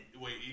Wait